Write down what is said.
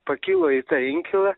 pakilo į tą inkilą